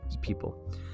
people